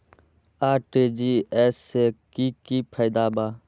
RTGS से की की फायदा बा?